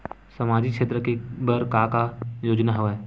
सामाजिक क्षेत्र के बर का का योजना हवय?